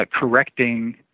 correcting